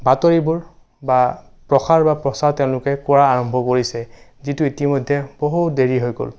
বাতৰিবোৰ বা প্ৰসাৰ বা প্ৰচাৰ তেওঁলোকে কৰা আৰম্ভ কৰিছে যিটো ইতিমধ্যে বহু দেৰি হৈ গ'ল